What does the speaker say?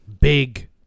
big